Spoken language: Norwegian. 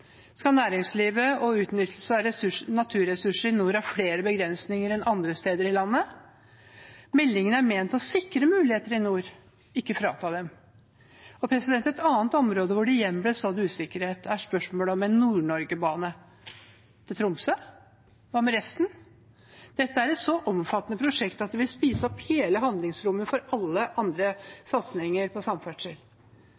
Skal næringslivet og utnyttelse av naturressurser i nord ha flere begrensninger enn andre steder i landet? Meldingen er ment å sikre muligheter i nord, ikke å frata dem. Et annet området hvor det igjen ble sådd usikkerhet, er spørsmålet om en Nord-Norge-bane. Til Tromsø – hva med resten? Dette er et så omfattende prosjekt at det vil spise opp hele handlingsrommet for alle andre